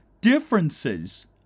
differences